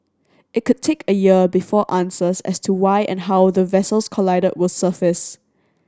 it could take a year before answers as to why and how the vessels collided were surface